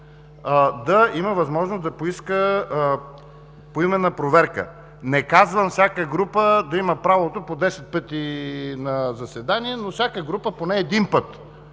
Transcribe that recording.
да има възможност да поиска поименна проверка. Не казвам всяка група да има правото по 10 пъти на заседание, но всяка група поне един път